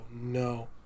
no